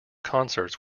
concerts